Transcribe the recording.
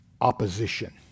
opposition